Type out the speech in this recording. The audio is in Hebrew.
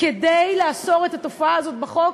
כדי לאסור את התופעה הזאת בחוק?